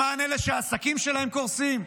למען אלה שהעסקים שלהם קורסים?